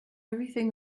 everything